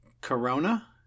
Corona